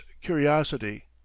curiosity